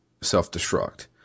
self-destruct